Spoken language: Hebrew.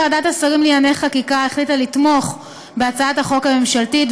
ועדת השרים לענייני חקיקה החליטה לתמוך בהצעת החוק הממשלתית,